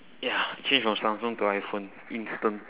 ya change from samsung to iphone instant